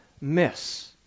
miss